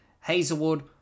Hazelwood